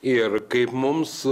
ir kaip mums